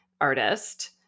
artist